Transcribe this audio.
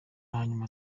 hanyuma